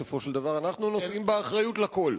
בסופו של דבר אנחנו נושאים באחריות לכול.